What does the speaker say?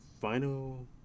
final